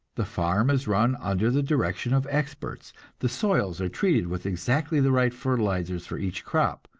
the farm is run under the direction of experts the soils are treated with exactly the right fertilizers for each crop,